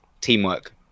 Teamwork